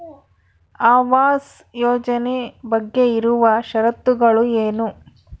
ಆವಾಸ್ ಯೋಜನೆ ಬಗ್ಗೆ ಇರುವ ಶರತ್ತುಗಳು ಏನು?